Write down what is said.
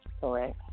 Correct